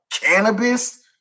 cannabis